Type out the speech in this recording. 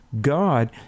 God